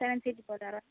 seven seat Bolero